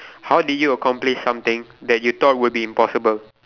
how did you accomplish something that you thought would be impossible